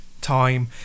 time